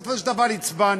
ובסופו של דבר הצבענו,